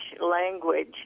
language